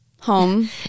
home